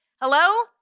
hello